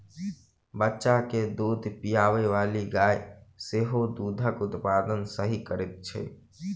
बच्चा के दूध पिआबैबाली गाय सेहो दूधक उत्पादन सही करैत छै